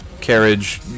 carriage